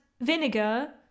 vinegar